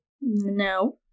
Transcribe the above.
No